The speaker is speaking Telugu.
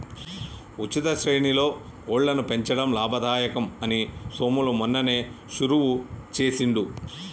ఉచిత శ్రేణిలో కోళ్లను పెంచడం లాభదాయకం అని సోములు మొన్ననే షురువు చేసిండు